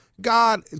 God